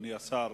אדוני השר,